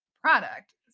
product